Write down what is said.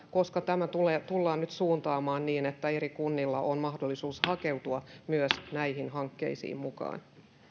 koska tämä tullaan nyt suuntaamaan niin että eri kunnilla on mahdollisuus hakeutua myös näihin hankkeisiin mukaan